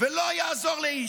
ולא יעזור לאיש.